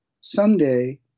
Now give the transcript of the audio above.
Someday